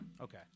Okay